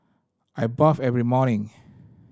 I bath every morning